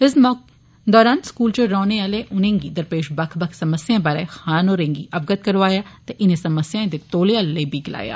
इस दौरान स्कूल च रौहने आलें उनेंगी दरपेश बक्ख बक्ख समस्याएं बारे खान होरें गी अवगत करोआया ते इनें समस्याएं दे तौले हल लेई बी गलाया